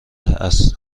است